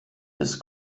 des